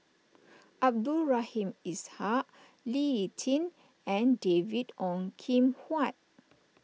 Abdul Rahim Ishak Lee Tjin and David Ong Kim Huat